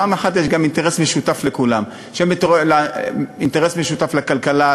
פעם אחת יש גם אינטרס משותף לכולם: אינטרס משותף לכלכלה,